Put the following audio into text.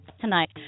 tonight